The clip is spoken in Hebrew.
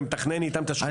ומתכנן איתם את השכונה.